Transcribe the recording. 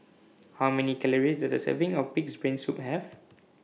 How Many Calories Does A Serving of Pig'S Brain Soup Have